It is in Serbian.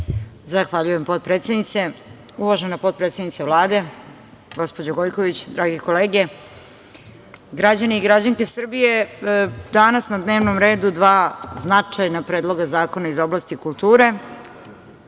Zahvaljujem, potpredsednice. Uvažena potpredsednice Vlade, gospođo Gojković, drage kolege, građani i građanke Srbije, danas su na dnevnom redu dva značajna predloga zakona iz oblasti kulture. Prvi,